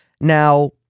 Now